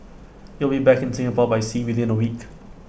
IT will be back in Singapore by sea within A week